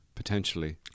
Potentially